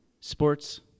sports